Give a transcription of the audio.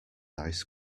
ice